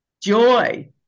joy